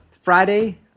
Friday